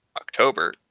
october